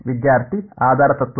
ವಿದ್ಯಾರ್ಥಿ ಆಧಾರ ತತ್ವ